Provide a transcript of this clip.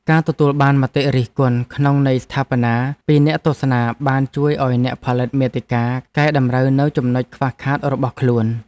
ការទទួលបានមតិរិះគន់ក្នុងន័យស្ថាបនាពីអ្នកទស្សនាបានជួយឱ្យអ្នកផលិតមាតិកាកែតម្រូវនូវចំណុចខ្វះខាតរបស់ខ្លួន។